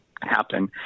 happen